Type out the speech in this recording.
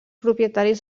propietaris